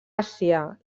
àsia